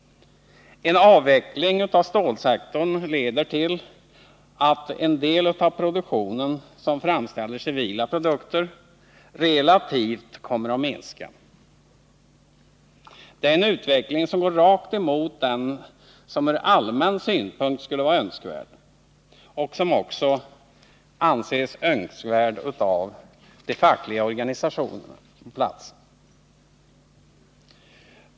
En avveckling av stålsektorn leder till att den del av verksamheten som framställer civila produkter relativt sett kommer att minska. Det är en utveckling som går rakt emot den som ur allmän synpunkt skulle vara önskvärd och som också företräds av de fackliga organisationerna på platsen.